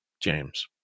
James